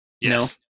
Yes